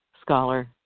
scholar